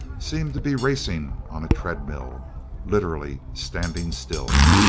seemed to be racing on a treadmill literally standing still.